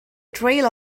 trail